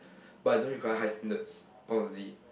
but I don't require high standards probably